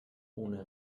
ohne